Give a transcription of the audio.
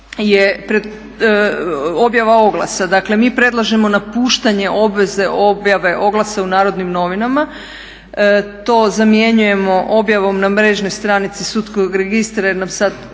je objava oglasa. Dakle mi predlažemo napuštanje obveze objave oglasa u NN. To zamjenjujemo objavom na mrežnoj stranici sudskog registra jer nam sada